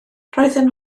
roedden